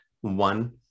one